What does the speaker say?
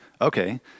Okay